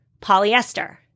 Polyester